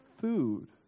food